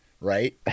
right